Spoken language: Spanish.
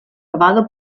robado